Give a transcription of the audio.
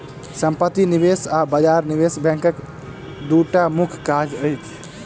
सम्पत्ति निवेश आ बजार निवेश बैंकक दूटा मुख्य काज अछि